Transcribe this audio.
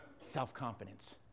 self-confidence